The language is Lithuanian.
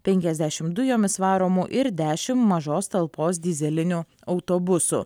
penkiasdešim dujomis varomų ir dešim mažos talpos dyzelinių autobusų